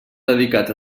dedicat